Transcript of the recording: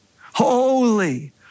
holy